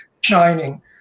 Shining